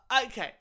okay